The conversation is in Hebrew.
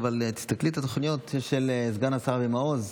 תסתכלי על התוכניות של סגן השר אבי מעוז,